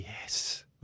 yes